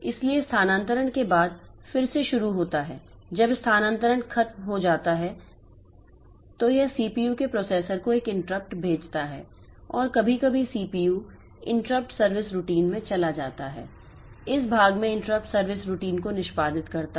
इसलिए स्थानांतरण के बाद फिर से शुरू होता है जब स्थानांतरण खत्म हो जाता है तो यह सीपीयू के प्रोसेसर को एक इंटरप्ट भेजता है और कभी कभी सीपीयू इंटरप्ट सर्विस रूटीन में चला जाता है इस भाग में इंटरप्ट सर्विस रूटीन को निष्पादित करता है